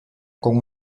con